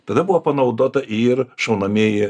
tada buvo panaudota ir šaunamieji